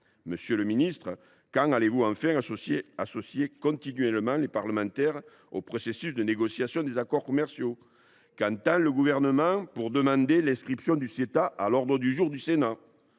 Monsieur le ministre, quand allez vous enfin associer les parlementaires, de façon continue, au processus de négociation des accords commerciaux ? Qu’attend le Gouvernement pour demander l’inscription du Ceta à l’ordre du jour du Sénat ?